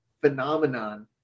phenomenon